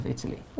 Italy